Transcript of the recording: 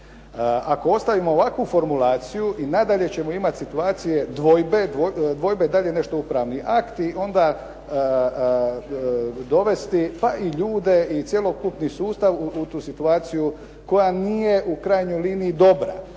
Ako ostavimo ovakvu formulaciju i nadalje ćemo imati situacije dvojbe, dvojbe da li je nešto upravni akt i onda dovesti pa i ljude i cjelokupni sustav u tu situaciju koja nije u krajnjoj liniji dobra.